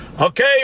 Okay